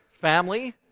family